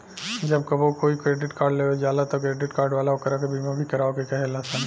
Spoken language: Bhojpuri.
जब कबो कोई क्रेडिट कार्ड लेवे जाला त क्रेडिट कार्ड वाला ओकरा के बीमा भी करावे के कहे लसन